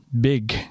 big